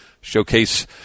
showcase